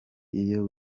iyo